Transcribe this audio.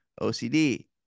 OCD